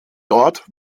dort